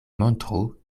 montru